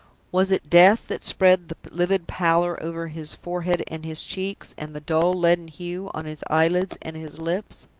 was it death that spread the livid pallor over his forehead and his cheeks, and the dull leaden hue on his eyelids and his lips?